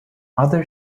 other